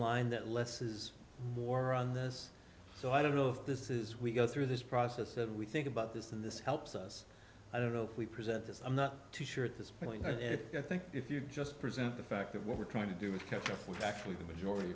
line that less is more on this so i don't know if this is we go through this process of we think about this and this helps us i don't know if we present this i'm not too sure at this point but i think if you just present the facts of what we're trying to do with culture for actually the majority